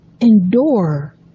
endure